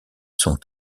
sont